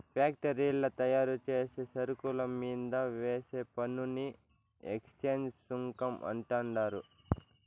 ఫ్యాక్టరీల్ల తయారుచేసే సరుకుల మీంద వేసే పన్నుని ఎక్చేంజ్ సుంకం అంటండారు